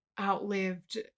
outlived